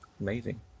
amazing